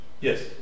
Yes